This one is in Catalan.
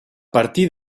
partir